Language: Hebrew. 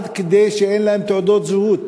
עד כדי שאין להן תעודות זהות,